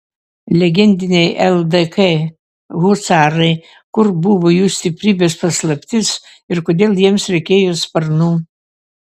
legendiniai ldk husarai kur buvo jų stiprybės paslaptis ir kodėl jiems reikėjo sparnų